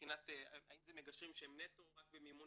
מבחינת האם זה מגשרים שהם נטו רק במימון